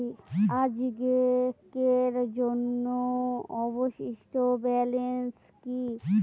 আজকের জন্য অবশিষ্ট ব্যালেন্স কি?